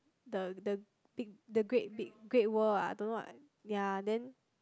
the the big the great big great world ah don't know what ya then